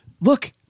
Look